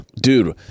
dude